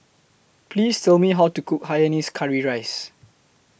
Please Tell Me How to Cook Hainanese Curry Rice